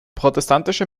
protestantische